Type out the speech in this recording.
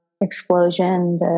explosion